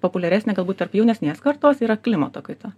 populiaresnė galbūt tarp jaunesnės kartos yra klimato kaita